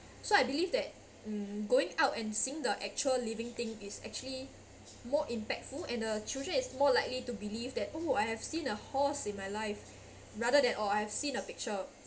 so I believe that um going out and seen the actual living thing is actually more impactful and the children is more likely to believe that oh I have seen a horse in my life rather than or I've seen a picture